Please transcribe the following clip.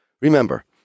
Remember